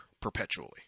perpetually